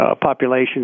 population